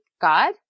God